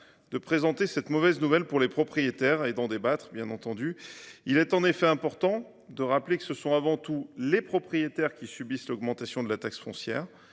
de discuter de cette mauvaise nouvelle pour les propriétaires. Il est en effet important de rappeler que ce sont avant tout les propriétaires qui subissent l’augmentation de la taxe foncière.